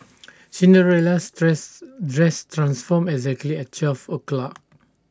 Cinderella's dresses dress transformed exactly at twelve o' clock